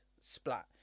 splat